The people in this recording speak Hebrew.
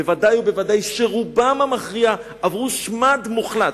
וודאי שרובם המכריע עברו שמד מוחלט,